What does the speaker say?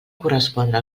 correspondre